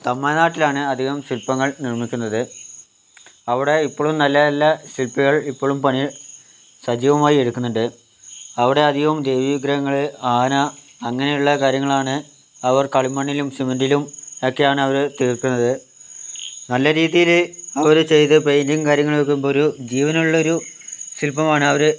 തമിഴ്നാട്ടിലാണ് അധികം ശില്പങ്ങൾ നിർമ്മിക്കുന്നത് അവിടെ ഇപ്പോഴും നല്ല നല്ല ശില്പികൾ ഇപ്പോഴും പണി സജീവമായി എടുക്കുന്നുണ്ട് അവിടെ അധികവും ദേവി വിഗ്രഹങ്ങള് ആന അങ്ങനെയുള്ള കാര്യങ്ങളാണ് അവർ കളിമണ്ണിലും സിമന്റിലും എക്കെയാണ് അവര് തീർക്കുന്നത് നല്ലരീതിയില് അവര് ചെയ്ത് പെയിന്റും കാര്യങ്ങളും വയ്ക്കുമ്പോഴൊരു ജീവനുള്ളൊരു ശില്പമാണവര്